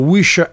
Wish